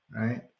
right